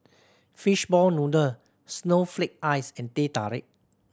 fish ball noodle snowflake ice and Teh Tarik